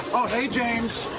oh hey, james,